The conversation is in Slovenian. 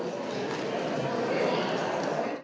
Hvala